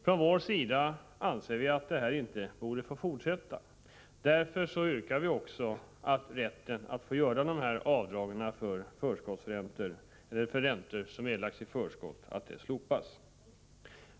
Från vår sida anser vi att detta inte borde få fortsätta och därför yrkar vi också att rätten att få göra dessa avdrag för räntor som erlagts i förskott skall slopas.